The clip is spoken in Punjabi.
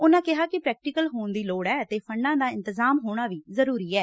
ਉਨੂ ਕਿਹਾ ਕਿ ਪ੍ਰੈਕਟੀਕਲ ਹੋਣ ਦੀ ਲੋੜ ਐ ਅਤੇ ਫੰਡਾ ਦਾ ਇੰਤਜਾਮ ਹੋਣਾ ਵੀ ਜ਼ਰਰੀ ਐ